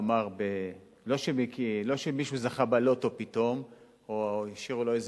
לא שמישהו זכה בלוטו פתאום או השאירו לו איזה